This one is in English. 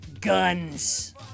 guns